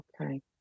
okay